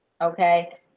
Okay